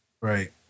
Right